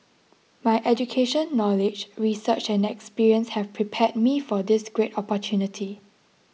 my education knowledge research and experience have prepared me for this great opportunity